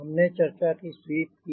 हमने चर्चा की स्वीप की